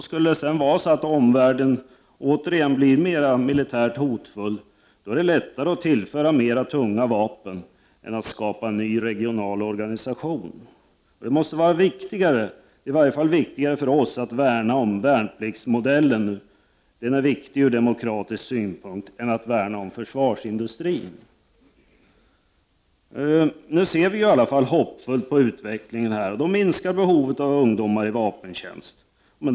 Skulle omvärlden återigen bli mera militärt hotfull, är det lättare att tillföra flera tunga vapen än att skapa en ny regional organisation. Det måste vara viktigare för Sverige att värna om värnpliktsmodellen — den är viktig ur demokratisk synpunkt — än att värna om försvarsindustrin. Miljöpartiet ser nu hoppfullt på utvecklingen. Behovet av ungdomar i vapentjänst minskar.